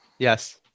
Yes